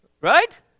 right